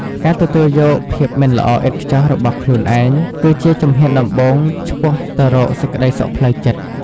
ការទទួលយកភាពមិនល្អឥតខ្ចោះរបស់ខ្លួនឯង គឺជាជំហានដំបូងឆ្ពោះទៅរកសេចក្ដីសុខផ្លូវចិត្ត។